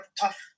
tough